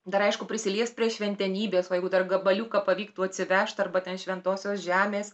dar aišku prisiliest prie šventenybės o jeigu dar gabaliuką pavyktų atsivežt arba šventosios žemės